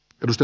kiitos